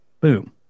Boom